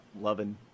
loving